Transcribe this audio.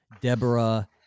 Deborah